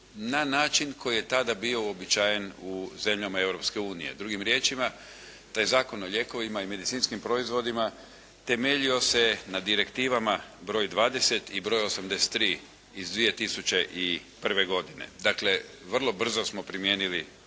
na način koji je tada bio uobičajen u zemljama Europske unije. Drugim riječima, taj Zakon o lijekovima i medicinskim proizvodima temeljio se je na Direktivama broj 20 i broj 83 iz 2001. godine. Dakle, vrlo brzo smo primijenili